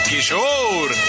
Kishore